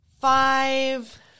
Five